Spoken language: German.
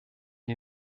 die